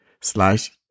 slash